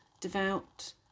devout